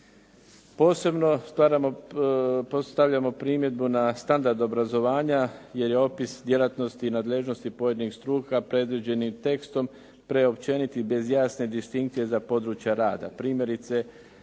Posebno stavljamo primjedbu na standard obrazovanja jer je opis djelatnosti i nadležnosti pojedinih struka predviđenih tekstom preopćenit i bez jasne distinkcije za područje rada.